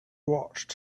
watched